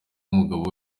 umugabo